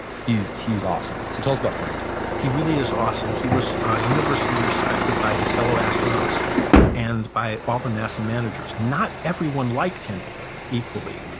he's he's awesome. so tell us about frank he really is awesome. he was ah universally respected by his fellow astronauts and by all the nasa managers. not everyone like him equally,